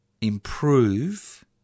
improve